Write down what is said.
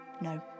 no